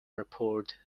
report